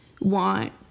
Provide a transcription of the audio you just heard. want